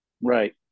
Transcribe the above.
right